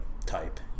Type